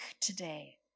today